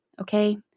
Okay